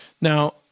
Now